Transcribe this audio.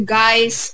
guys